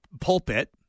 pulpit